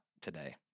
today